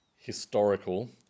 historical